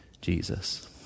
Jesus